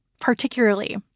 particularly